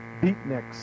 beatniks